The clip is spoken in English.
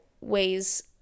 ways